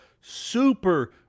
super